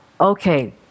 okay